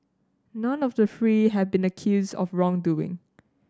none of the three have been accused of wrongdoing